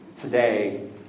today